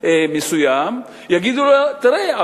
מסוים יגידו לו: תראה,